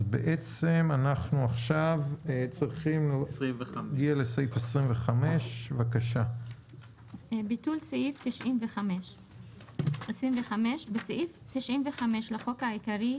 אנחנו עוברים לסעיף 25. 25.ביטול סעיף 95 בסעיף 95 לחוק העיקרי,